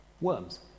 worms